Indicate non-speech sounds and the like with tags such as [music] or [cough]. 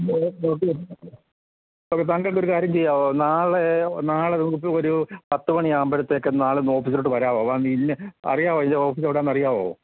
[unintelligible] താങ്കള്ക്ക് ഒരു കാര്യം ചെയ്യാമോ നാളെ നാളെ നമുക്ക് ഒരു പത്ത് മണിയാകുമ്പോഴത്തേക്കെ നാളെ ഒന്ന് ഓഫീസിലോട്ട് വരാമോ അ അറിയാവോ ഈ ഓഫീസെവിടെയാണെന്ന് അറിയാമോ